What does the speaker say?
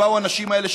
ובאו הנשים האלה,